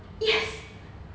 yes